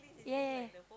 ya ya